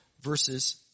verses